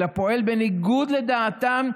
אלא פועל בניגוד לדעתם יום-יום,